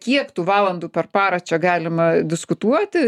kiek tų valandų per parą čia galima diskutuoti